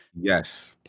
Yes